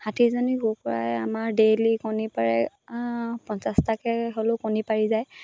ষাঠিজনী কুকুৰাই আমাৰ ডেইলি কণী পাৰে পঞ্চাছটাকৈ হ'লেও কণী পাৰি যায়